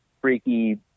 freaky